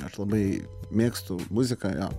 aš labai mėgstu muziką jo